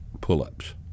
pull-ups